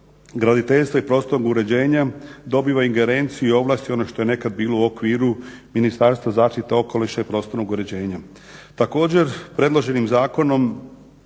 graditeljstva i prostornog uređenja dobiva ingerenciju i ovlasti, ono što je nekad bilo u okviru Ministarstva zaštite okoliša i prostornog uređenja. Također, predloženim zakonom